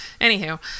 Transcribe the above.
Anywho